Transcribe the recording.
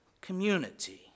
community